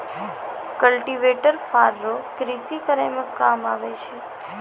cultivator फार रो कृषि करै मे काम आबै छै